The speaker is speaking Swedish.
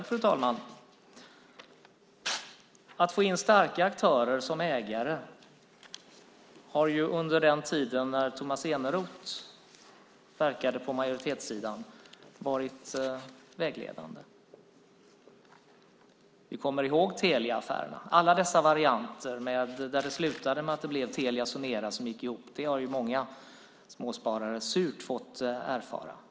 Fru talman! Att få in starka aktörer som ägare har under den tiden när Tomas Eneroth verkade på majoritetssidan varit vägledande. Vi kommer ihåg Teliaaffärerna. Det fanns en mängd varianter, och det slutade med att det blev Telia och Sonera som gick ihop, vilket många småsparare surt har fått erfara.